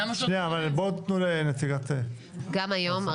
גם היום,